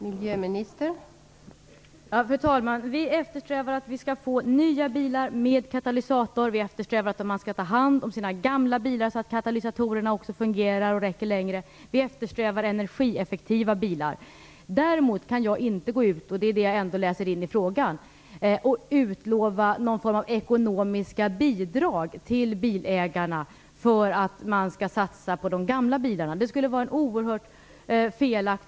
Fru talman! Vi eftersträvar nya bilar med katalysatorer. Vi eftersträvar att man skall ta hand om sina gamla bilar så att katalysatorerna fungerar och räcker längre. Vi eftersträvar energieffektiva bilar. Däremot kan jag inte gå ut och lova någon form av ekonomiska bidrag till bilägarna för att man skall satsa på de gamla bilarna. Det är någonting sådant som jag läser in i frågan.